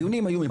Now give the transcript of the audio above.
דיונים היו.